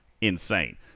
insane